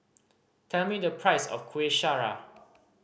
tell me the price of Kueh Syara